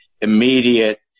immediate